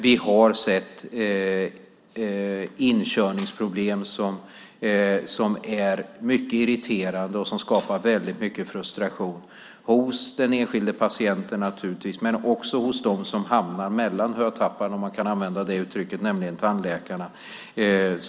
Vi har sett irriterande inkörningsproblem som har skapat mycket frustration hos naturligtvis den enskilda patienten och hos dem som hamnar mellan hötapparna - om man kan använda uttrycket - nämligen tandläkarna.